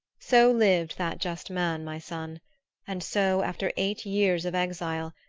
so lived that just man, my son and so, after eight years of exile,